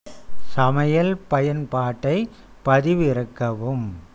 சமையல் பயன்பாட்டைப் பதிவிறக்கவும்